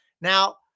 Now